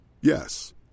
Yes